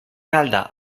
calda